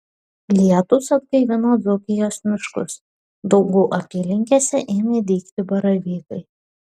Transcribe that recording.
lietūs atgaivino dzūkijos miškus daugų apylinkėse ėmė dygti baravykai